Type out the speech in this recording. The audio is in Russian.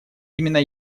именно